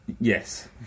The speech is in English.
Yes